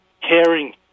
caring